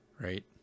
right